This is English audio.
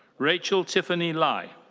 rachel tiffany lai.